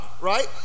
right